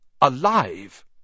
alive